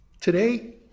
Today